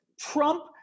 Trump